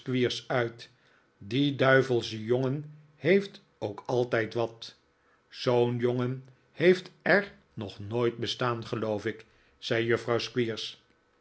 uit die duivelsche jongen heeft ook altijd wat zoo'n jongen heeft er nog nooit bestaan geloof ik zei juffrouw